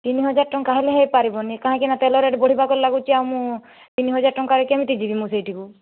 ତିନି ହଜାର ଟଙ୍କା ହେଲେ ହୋଇ ପାରିବନି କାହିଁକିନା ତେଲ ରେଟ ବଢ଼ିବାକୁ ଲାଗୁଛି ଆଉ ମୁଁ ତିନି ହଜାର ଟଙ୍କାରେ କେମିତି ଯିବି ମୁଁ ସେଇଠିକୁ